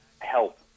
help